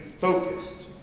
focused